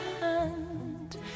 hand